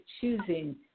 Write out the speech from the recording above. choosing